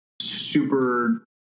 super